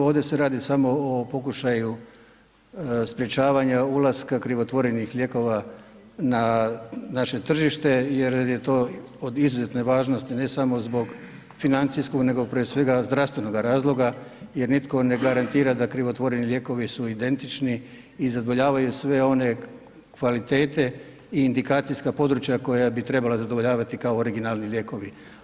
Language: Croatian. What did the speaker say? Ovdje se radi samo o pokušaju sprječavanja ulaska krivotvorenih lijekova na naše tržište jer je to od izuzetne važnosti ne samo zbog financijskog nego prije svega zdravstvenoga razloga jer nitko ne garantira da krivotvoreni lijekovi su identični i zadovoljavaju sve one kvalitete i indikacijska područja koja bi trebala zadovoljavati kao originalni lijekovi.